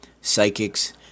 psychics